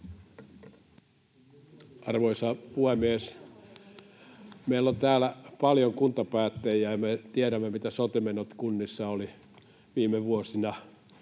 Arvoisa puhemies! Meillä on täällä paljon kuntapäättäjiä, ja me tiedämme, mitä sote-menot kunnissa olivat viime vuosina.